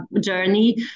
journey